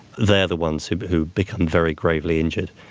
they're the ones who but who become very gravely injured.